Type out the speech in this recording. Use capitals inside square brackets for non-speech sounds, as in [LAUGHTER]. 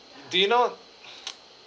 do you know [BREATH] [NOISE]